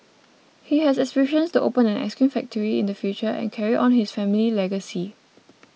he has aspirations to open an ice cream factory in the future and carry on his family legacy